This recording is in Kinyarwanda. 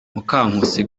mukankusi